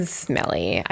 smelly